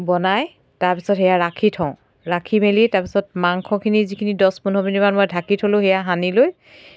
বনাই তাৰপিছত সেয়া ৰাখি থওঁ ৰাখি মেলি তাৰপিছত মাংসখিনি যিখিনি দহ পোন্ধৰ মিনিটমান মই ঢাকি থলোঁ সেয়া সানি লৈ